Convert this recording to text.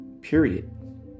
Period